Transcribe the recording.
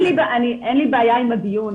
אין לי בעיה עם הדיון.